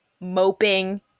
moping